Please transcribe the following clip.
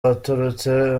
baturutse